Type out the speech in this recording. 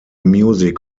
music